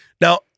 Now